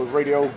radio